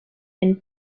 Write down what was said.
and